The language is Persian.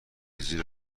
زیرا